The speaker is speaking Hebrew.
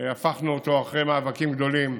הפכנו אותו, אחרי מאבקים גדולים,